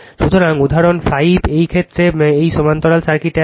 সুতরাং উদাহরণ 5 এই ক্ষেত্রে এই সমান্তরাল সার্কিট আছে